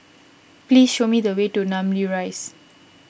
please show me the way to Namly Rise